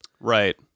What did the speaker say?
Right